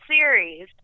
series